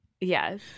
Yes